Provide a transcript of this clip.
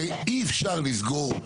הרי אי אפשר לסגור,